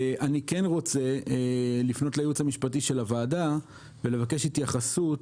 אני רוצה לפנות לייעוץ המשפטי של הוועדה ולבקש התייחסות,